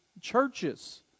churches